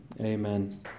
Amen